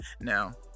Now